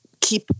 keep